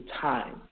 time